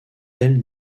telles